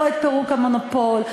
לא את פירוק המונופול,